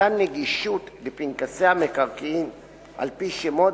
מתן גישה לפנקסי המקרקעין על-פי שמות